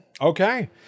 Okay